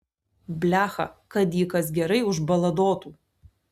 blecha kad jį kas gerai užbaladotų